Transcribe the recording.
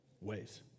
ways